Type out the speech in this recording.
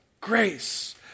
grace